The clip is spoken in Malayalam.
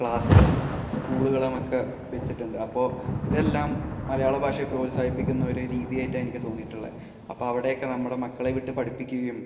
ക്ലാസുകളും സ്കൂളുകളുമൊക്കെ വെച്ചിട്ടുണ്ട് അപ്പോള് ഇതെല്ലാം മലയാള ഭാഷയെ പ്രോത്സാഹിപ്പിക്കുന്ന ഒരു രീതിയായിട്ടാണ് എനിക്ക് തോന്നിയിട്ടുള്ളത് അപ്പോള് അവിടേക്ക് നമ്മുടെ മക്കളെ വിട്ട് പഠിപ്പിക്കുകയും